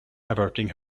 averting